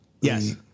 Yes